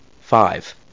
Five